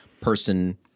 person